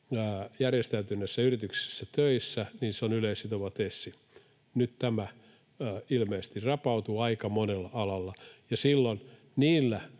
järjestäytyneessä yrityksessä töissä, niin se on yleissitova TESsi. Nyt tämä ilmeisesti rapautuu aika monella alalla, ja silloin niillä,